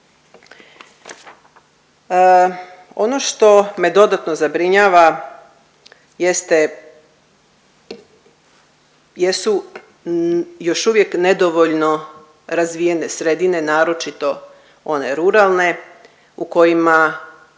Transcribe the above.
Ono što me dodatno zabrinjava jeste, jesu još uvijek nedovoljno razvijene sredine naročito one ruralne u kojima